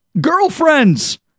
Girlfriends